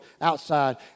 outside